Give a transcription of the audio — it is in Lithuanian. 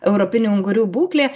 europinių ungurių būklė